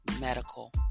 medical